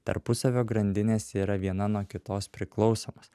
tarpusavio grandinės yra viena nuo kitos priklausomos